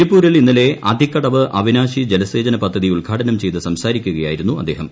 തിരുപ്പൂരിൽ ഇന്നലെ അതിക്കടവ് അവിനാശി ജലസേചന പദ്ധതി ഉദ്ഘാടനം ചെയ്ത് സംസാരിക്കുകയായിരുന്നു അദ്ദേഹം